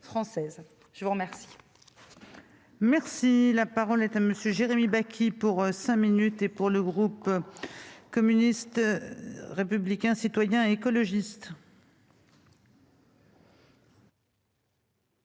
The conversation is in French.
Je veux remercier